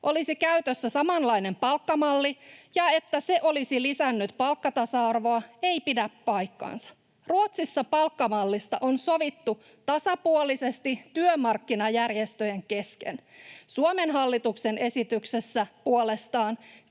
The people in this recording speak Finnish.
olisi käytössä samanlainen palkkamalli ja että se olisi lisännyt palkkatasa-arvoa, eivät pidä paikkaansa. Ruotsissa palkkamallista on sovittu tasapuolisesti työmarkkinajärjestöjen kesken. Suomen hallituksen esityksessä puolestaan